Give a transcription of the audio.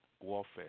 warfare